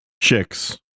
chicks